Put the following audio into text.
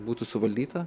būtų suvaldyta